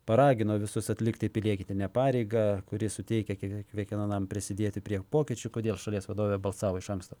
paragino visus atlikti piliektinę pareigą kuri suteikia keli kiekvienam prisidėti prie pokyčių kodėl šalies vadovė balsavo iš anksto